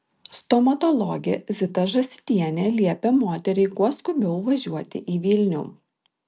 stomatologė zita žąsytienė liepė moteriai kuo skubiau važiuoti į vilnių